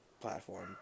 platform